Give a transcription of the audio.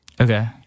okay